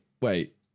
wait